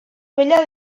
vella